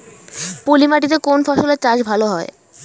পলি মাটিতে কোন ফসলের চাষ ভালো হয়?